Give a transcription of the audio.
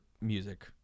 music